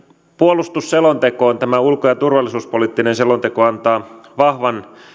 puolustusselontekoon tämä ulko ja turvallisuuspoliittinen selonteko antaa vahvan